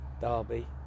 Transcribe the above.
Derby